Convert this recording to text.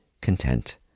content